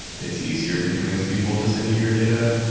it's easier to convince people to send you your data.